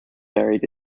buried